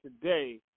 today